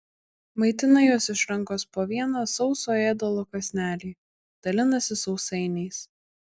maitina juos iš rankos po vieną sauso ėdalo kąsnelį dalinasi sausainiais